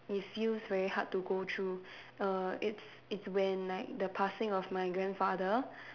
it feels really hard to go through err it's it's when like the passing of my grandfather